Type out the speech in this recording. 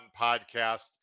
podcast